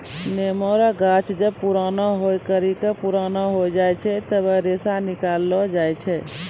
नेमो रो गाछ जब पुराणा होय करि के पुराना हो जाय छै तबै रेशा निकालो जाय छै